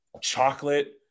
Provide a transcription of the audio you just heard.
chocolate